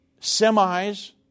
semis